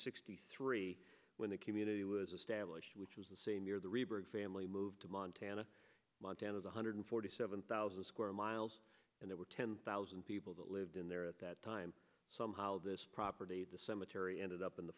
sixty three when the community was established which was the same year the rayburn family moved to montana montana one hundred forty seven thousand square miles and there were ten thousand people that lived in there at that time somehow this property at the cemetery ended up in the